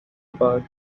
bug